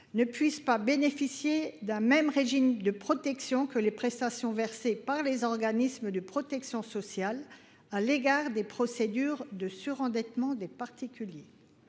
ne puissent pas bénéficier du même régime de protection que les prestations versées par les organismes de protection sociale à l’égard des procédures de surendettement des particuliers.